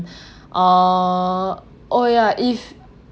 uh oh yeah if